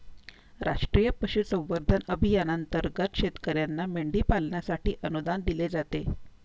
राष्ट्रीय पशुसंवर्धन अभियानांतर्गत शेतकर्यांना मेंढी पालनासाठी अनुदान दिले जाते